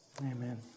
Amen